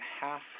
half